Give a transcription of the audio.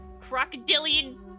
crocodilian